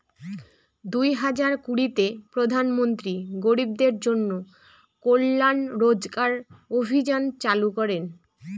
দুই হাজার কুড়িতে প্রধান মন্ত্রী গরিবদের জন্য কল্যান রোজগার অভিযান চালু করেন